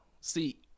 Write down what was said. see